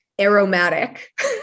aromatic